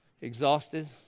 exhausted